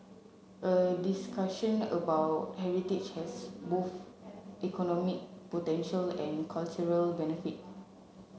a discussion about heritage has both economic potential and cultural benefit